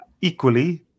equally